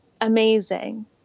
amazing